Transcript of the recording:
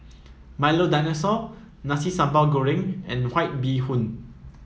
Milo Dinosaur Nasi Sambal Goreng and White Bee Hoon